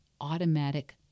automatic